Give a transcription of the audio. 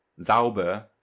Sauber